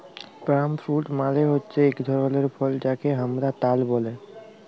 পাম fruit মালে হচ্যে এক ধরলের ফল যাকে হামরা তাল ব্যলে